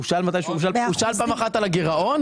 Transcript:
הוא שאל פעם אחת על הגרעון.